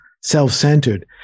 self-centered